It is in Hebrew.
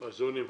אז הוא נמחק?